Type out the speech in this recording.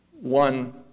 one